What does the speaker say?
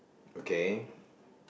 okay